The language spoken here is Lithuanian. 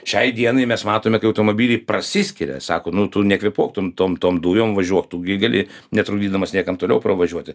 šiai dienai mes matome kai automobiliai prasiskiria sako nu tu nekvėpuok tom tom tom dujom važiuok tu gi gali netrukdydamas niekam toliau pravažiuoti